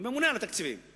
שינהל את ענייני התקציב של